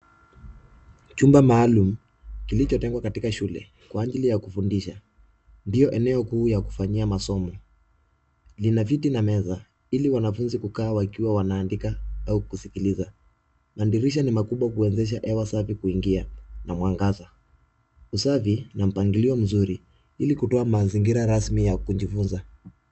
Chumba maalum kilichotengwa katika shule kwa ajili ya kufundisha ndio eneo ya kufanyia masomo. Ina viti na meza ili wanafunzi kukaa wakiwa wanaandika au kusikiliza. Madirisha ni makubwa ili kuwezesha hewa safi kuingia na mwangaza. Usafi na mpangilio mzuri ili kutoa mazingira rasmi ya kujifunza.